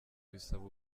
bisaba